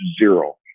zero